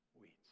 Weeds